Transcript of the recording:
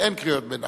מה קרה פה?